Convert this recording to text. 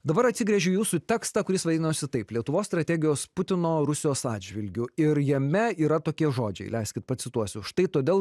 dabar atsigręžiu į jūsų tekstą kuris vadinosi taip lietuvos strategijos putino rusijos atžvilgiu ir jame yra tokie žodžiai leiskit pacituosiu štai todėl